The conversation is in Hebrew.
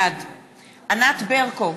בעד ענת ברקו,